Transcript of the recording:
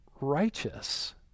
righteous